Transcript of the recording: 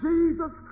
Jesus